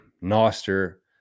Noster